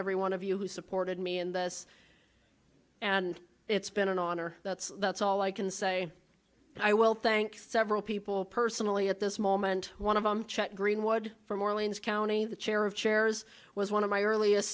every one of you who supported me in this and it's been an honor that's that's all i can say i will thank several people personally at this moment one of them chet greenwood from orleans county the chair of chairs was one of my earliest